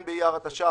לרבות הפרשי הצמדה,